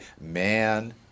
Man